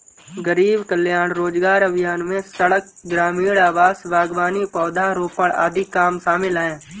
गरीब कल्याण रोजगार अभियान में सड़क, ग्रामीण आवास, बागवानी, पौधारोपण आदि काम शामिल है